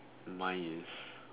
mine is